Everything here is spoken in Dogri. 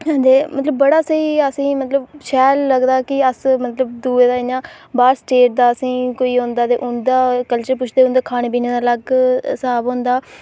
अते मतलब बड़ा स्हेई असें ई शैल लगदा कि अस मतलब दूए दा इ'यां बाह्र स्टेट दा कोई औंदा ते असें ई उं'दा कल्चर पुछदे उं'दे खाने पीने दा अलग स्हाब होंदा